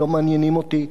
הם לא מעניינים אותי,